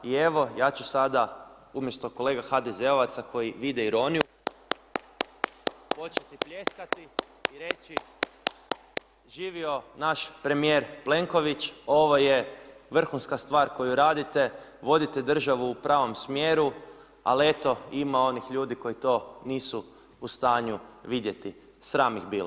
I evo ja ću sada, umjesto kolega HDZ-ovaca koji vide ironiju početi pljeskati i reći, živio naš premijer Plenković ovo je vrhunska stvar koju radite, vodite državu u pravom smjeru al eto ima onih ljudi koji to nisu u stanju vidjeti, sram ih bilo.